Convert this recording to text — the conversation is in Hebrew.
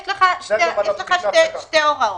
יש שתי הוראות: